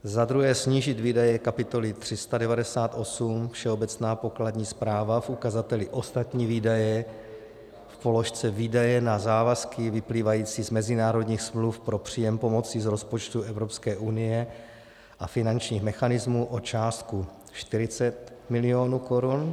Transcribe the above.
Za druhé snížit výdaje kapitoly 398 Všeobecná pokladní správa v ukazateli ostatní výdaje v položce výdaje na závazky vyplývající z mezinárodních smluv pro příjem pomoci z rozpočtu Evropské unie a finančních mechanismů o částku 40 milionů korun.